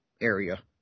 area